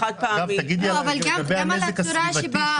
גם על הצורה שבה --- אולי תדברי על הנזק